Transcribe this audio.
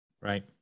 Right